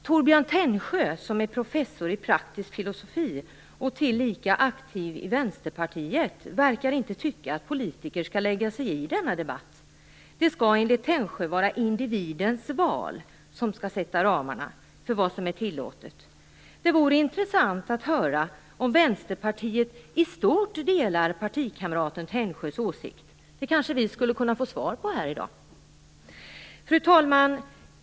Torbjörn Tännsjö, som är professor i praktisk filosofi och tillika aktiv i Vänsterpartiet, verkar inte tycka att politiker skall lägga sig i denna debatt. Det skall, enligt Tännsjö, vara individens val som skall sätta ramarna för vad som är tillåtet. Det vore intressant att höra om Vänsterpartiet i stort delar partikamraten Tännsjös åsikt. Det kanske vi skulle kunna få besked om här i dag. Fru talman!